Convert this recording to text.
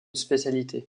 spécialité